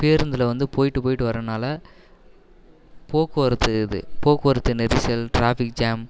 பேருந்தில் வந்து போய்ட்டு போய்ட்டு வர்றதுனால போக்குவரத்து இது போக்குவரத்து நெரிசல் ட்ராஃபிக் ஜாம்